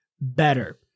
better